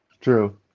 true